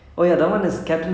it was damn nice